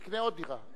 יקנה עוד דירה.